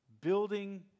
Building